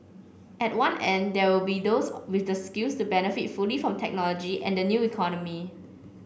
at one end there will be those with the skills to benefit fully from technology and the new economy